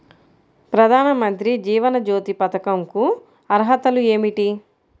ప్రధాన మంత్రి జీవన జ్యోతి పథకంకు అర్హతలు ఏమిటి?